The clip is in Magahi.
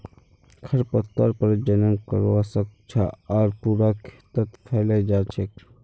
खरपतवार प्रजनन करवा स ख छ आर पूरा खेतत फैले जा छेक